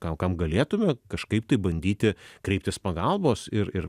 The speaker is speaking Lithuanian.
ką kam galėtume kažkaip tai bandyti kreiptis pagalbos ir ir